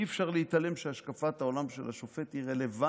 אי-אפשר להתעלם מכך שהשקפת העולם של השופט היא רלוונטית